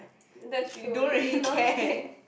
that's true we we don't take